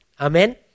Amen